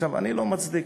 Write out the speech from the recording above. אני לא מצדיק,